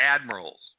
admirals